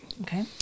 Okay